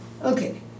okay